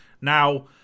Now